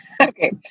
Okay